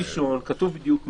בסעיף ראשון כתוב בדיוק מי.